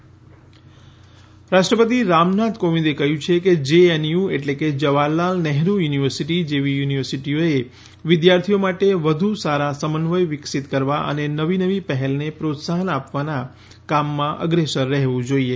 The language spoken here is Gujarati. રાષ્ટ્રપતિ જે એન યુ રાષ્ટ્રપતિ રામનાથ કોવિંદે કહ્યું છે કે જે એન યુ એટલે કે જવાહરલાલ નહેરૂ યુનિવર્સિટી જેવી યુનિવર્સિટીઓએ વિદ્યાર્થીઓ માટે વધુ સારા સમન્વય વિકસિત કરવા અને નવી નવી પહેલને પ્રોત્સાહન આપવાના કામમાં અગ્રેસર રહેવું જોઇએ